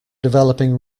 developing